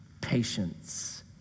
patience